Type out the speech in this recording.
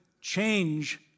change